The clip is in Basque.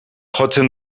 jotzen